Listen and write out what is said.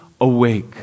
awake